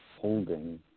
holding